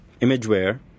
Imageware